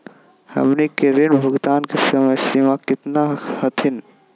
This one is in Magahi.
हमनी के ऋण भुगतान के समय सीमा केतना हखिन?